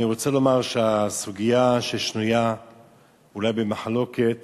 אני רוצה לומר שהסוגיה ששנויה אולי במחלוקת